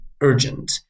urgent